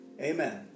Amen